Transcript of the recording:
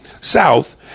South